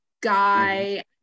guy